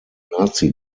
nazi